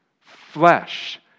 Flesh